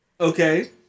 Okay